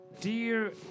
Dear